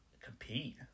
compete